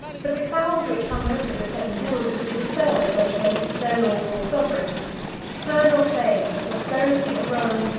but the cloud which hung over the seven hills would be dispelled by the presence of their lawful sovereign eternal fame, the prosperity of rome,